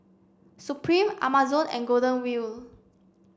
Supreme Amazon and Golden Wheel